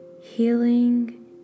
healing